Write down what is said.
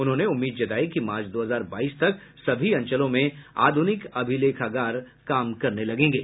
उन्होंने उम्मीद जताया कि मार्च दो हजार बाईस तक सभी अंचलों में आधुनिक अभिलेखागार काम करने लगेंगे